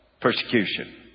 Persecution